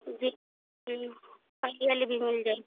जी काली वाली भी मिल जाएगी